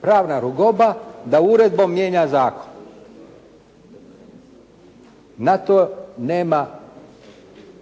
pravna rugoba da uredbom mijenja zakon. Na to nema